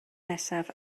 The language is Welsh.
nesaf